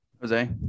jose